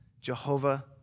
Jehovah